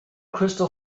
crystal